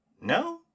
No